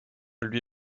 lui